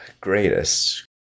Greatest